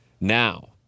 Now